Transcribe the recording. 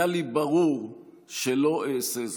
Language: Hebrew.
היה לי ברור שלא אעשה זאת.